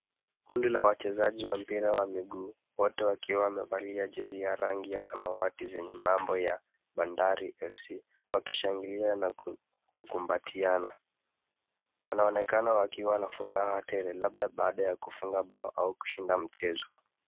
Kundi la wachezaji wa mpira wa miguu. Wote wakiwa wamevalia jezi ya rangi ya samawati zenye mambo ya bandari FC,wakishangilia na kukumbatiana. Wanaonekana wakiwa na furaha tele, labda baada ya kufunga bao au kushinda mchezo.